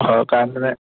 হয় কাৰণ্ট মানে